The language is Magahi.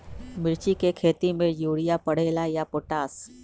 मिर्ची के खेती में यूरिया परेला या पोटाश?